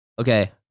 okay